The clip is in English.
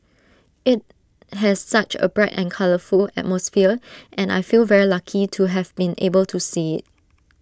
IT has such A bright and colourful atmosphere and I feel very lucky to have been able to see IT